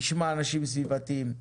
נשמע אנשים סביבתיים,